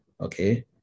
okay